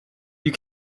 you